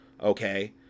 okay